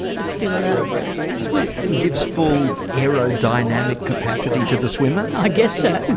that still allows the person to swim. and gives full aerodynamic capacity to the swimmer? i guess so.